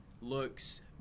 looks